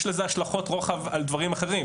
יש לזה השלכות רוחב על דברים אחרים.